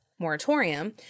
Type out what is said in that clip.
Moratorium